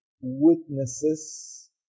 witnesses